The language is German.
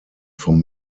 vom